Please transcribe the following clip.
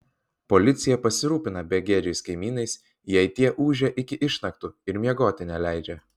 policija pasirūpina begėdžiais kaimynais jei tie ūžia iki išnaktų ir miegoti neleidžia